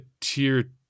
tier